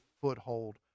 foothold